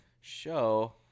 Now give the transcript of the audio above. show